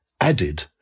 added